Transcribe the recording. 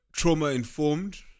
trauma-informed